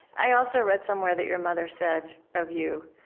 i also read somewhere that your mother said of you,